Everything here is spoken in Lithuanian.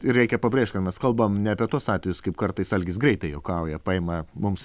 ir reikia pabrėžt kad mes kalbam ne apie tuos atvejus kaip kartais algis greitai juokauja paima mums